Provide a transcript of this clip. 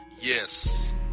Yes